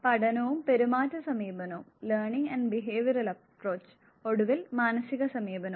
പഠനവും പെരുമാറ്റ സമീപനവും Learning Behavioural Approach ഒടുവിൽ മാനവിക സമീപനവും